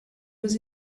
was